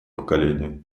поколения